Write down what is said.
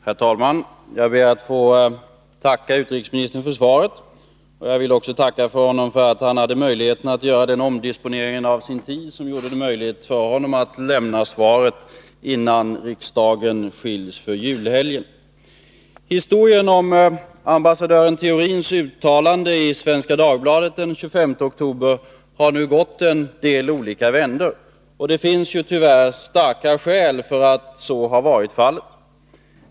Herr talman! Jag ber att få tacka utrikesministern för svaret. Jag vill också tacka honom för att han kunde göra en sådan omdisponering av sin tid att det blev möjligt för honom att lämna svaret innan riksdagen skiljs före julhelgen. Historien om ambassadören Theorins uttalande i Svenska Dagbladet den 25 oktober har nu gått en del olika vändor, och det finns ju tyvärr starka skäl för att så har varit fallet.